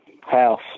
House